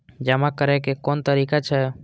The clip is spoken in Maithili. जमा करै के कोन तरीका छै?